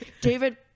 david